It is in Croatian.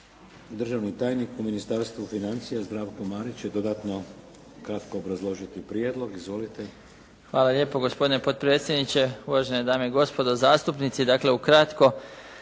Državni tajnik u Ministarstvu financija Zdravko Marić će dodatno kratko obrazložiti prijedlog. Izvolite. **Marić, Zdravko** Hvala lijepo gospodine potpredsjedniče, uvažene dame i gospodo zastupnici.